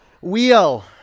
Wheel